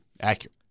accurate